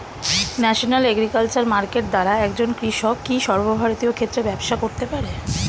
National agriculture market দ্বারা একজন কৃষক কি সর্বভারতীয় ক্ষেত্রে ব্যবসা করতে পারে?